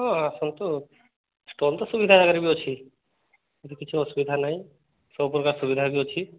ହଁ ଆସନ୍ତୁ ଷ୍ଟଲ୍ ତ ସୁବିଧା ଜାଗାରେ ବି ଅଛି ଆଉ କିଛି ଅସୁବିଧା ନାହିଁ ସବୁ ପ୍ରକାର ସୁବିଧା ବି ଅଛି